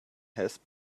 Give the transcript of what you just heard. has